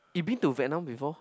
you've been to Vietnam before